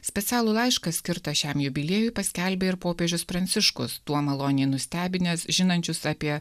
specialų laišką skirtą šiam jubiliejui paskelbė ir popiežius pranciškus tuo maloniai nustebinęs žinančius apie